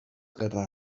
gerra